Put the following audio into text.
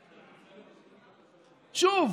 שוב,